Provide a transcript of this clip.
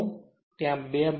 અને ત્યાં 2 બ્રશ છે